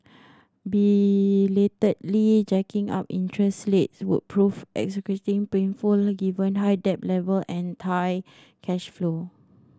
belatedly jacking up interest rates would prove excruciatingly painful given high debt level and tight cash flow